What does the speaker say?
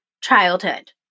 childhood